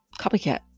Copycat